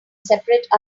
separate